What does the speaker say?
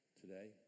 today